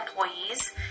employees